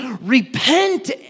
repent